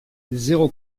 zéro